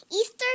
Easter